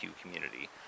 community